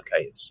okay